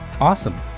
Awesome